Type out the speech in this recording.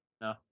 No